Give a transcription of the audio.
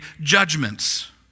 judgments